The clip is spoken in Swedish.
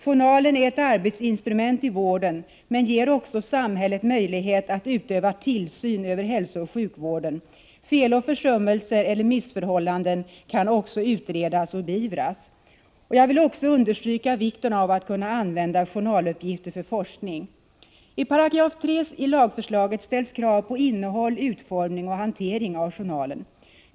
Journalen är ett arbetsinstrument i vården, men den ger också samhället möjlighet att utöva tillsyn över hälsooch sjukvården. Fel och försummelser eller missförhållanden kan också utredas och beivras. Jag vill också understryka vikten av att journaluppgifter skall kunna användas för forskning. I lagförslagets 3 § ställs krav på innehåll, utformning och hantering av journalen.